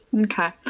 Okay